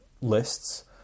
lists